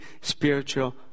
spiritual